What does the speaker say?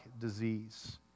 disease